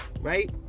Right